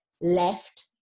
left